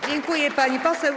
Dziękuję, pani poseł.